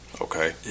Okay